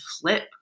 flip